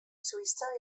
suïssa